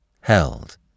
held